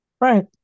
right